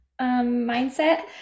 mindset